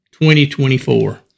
2024